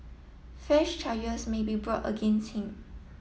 fresh charges may be brought against him